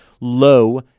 low